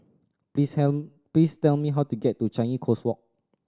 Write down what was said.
please tell me please tell me how to get to Changi Coast Walk